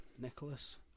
Nicholas